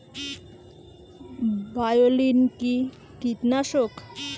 বায়োলিন কি কীটনাশক?